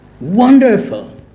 wonderful